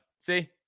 See